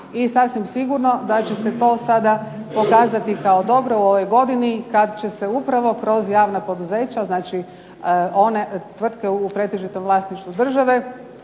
i sasvim sigurno da će se to sada pokazati kao dobro u ovoj godini kad će se upravo kroz javna poduzeća znači one tvrtke u pretežitom vlasništvu države